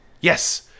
Yes